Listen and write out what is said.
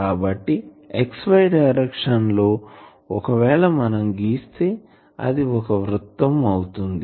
కాబట్టి XY direction లో ఒకవేళ మనం గీస్తే అది ఒక వృత్తం అవుతుంది